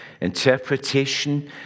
interpretation